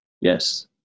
yes